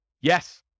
Yes